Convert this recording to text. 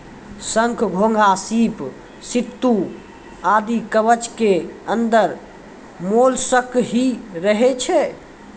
शंख, घोंघा, सीप, सित्तू आदि कवच के अंदर मोलस्क ही रहै छै